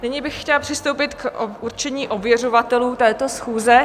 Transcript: Nyní bych chtěla přistoupit k určení ověřovatelů této schůze.